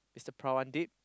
Mr-Parvati